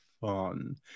fun